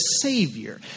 Savior